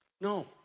No